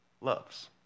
loves